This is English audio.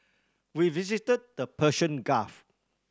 we visited the Persian Gulf